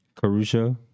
Caruso